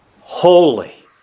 holy